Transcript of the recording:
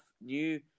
new